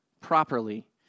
properly